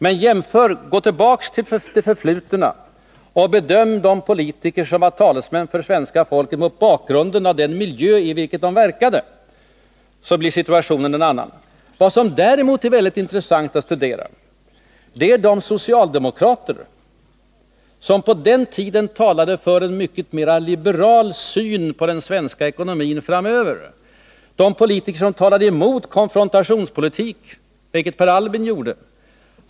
Men gå tillbaka till det förflutna och bedöm de politiker som var talesmän för svenska folket mot bakgrund av den miljö i vilken de verkade, så blir situationen en annan. Vad som däremot är väldigt intressant att studera är de socialdemokrater som på den tiden talade för en mycket mera liberal syn på den svenska ekonomin framöver, de politiker som talade emot konfrontationspolitik, vilket Per Albin gjorde.